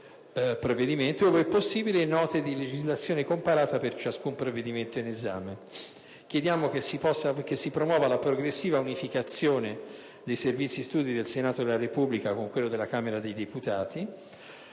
Chiediamo inoltre che si promuova la progressiva unificazione del Servizio studi del Senato della Repubblica con quello della Camera dei deputati,